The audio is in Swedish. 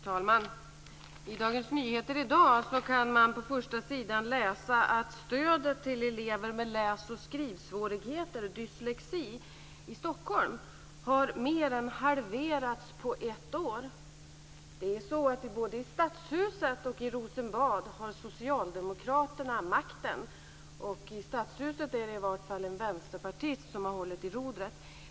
Fru talman! I dag kan man på första sidan i Dagens Nyheter läsa att stödet till Stockholmselever med läs och skrivsvårigheter, dyslexi, mer än halverats på ett år. Både i stadshuset och i Rosenbad har Socialdemokraterna makten. I varje fall i stadshuset är det en vänsterpartist som har hållit i rodret.